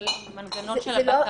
בכללים מנגנון של בקרה.